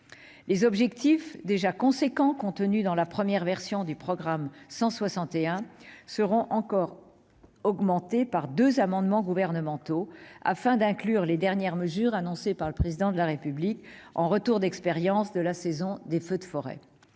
Les objectifs déjà importants fixés dans la première version du programme 161 seront encore augmentés par deux amendements gouvernementaux, afin d'inclure les dernières mesures annoncées par le Président de la République en retour d'expérience de la saison de feux de forêt.